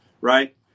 right